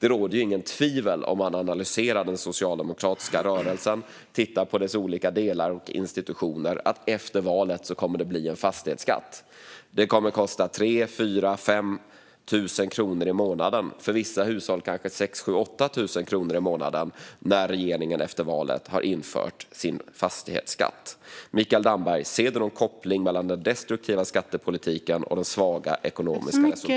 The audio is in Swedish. Om man analyserar den socialdemokratiska rörelsen och tittar på dess olika delar och institutioner råder det inget tvivel om att det efter valet kommer att bli en fastighetsskatt. Det kommer att kosta många hushåll allt mellan 3 000 upp till 8 000 kronor i månaden för när regeringen efter valet har infört sin fastighetsskatt. Ser Mikael Damberg någon koppling mellan den destruktiva skattepolitiken och de svaga ekonomiska resultaten?